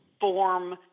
form